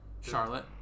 Charlotte